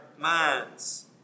minds